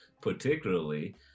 particularly